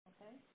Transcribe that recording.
Okay